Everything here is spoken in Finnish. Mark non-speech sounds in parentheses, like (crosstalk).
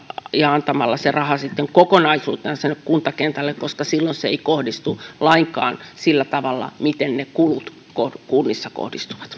ja antamalla se raha kokonaisuutena kuntakentälle koska silloin se ei kohdistu lainkaan sillä tavalla miten ne kulut kunnissa kohdistuvat (unintelligible)